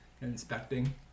inspecting